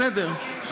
בסדר,